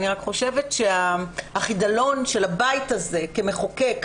אני רק חושבת שהחידלון של הבית הזה כמחוקק,